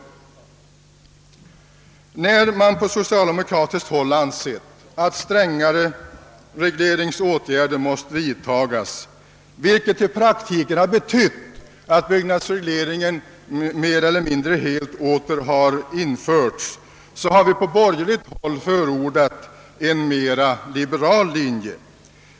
Medan man på socialdemokratiskt håll ansett att strängare regleringsåtgärder måst vidtagas, vilket i praktiken har betytt att byggnadsregleringen mer eller mindre helt återinförts, så har vi på den borgerliga sidan förordat en mera liberal linje.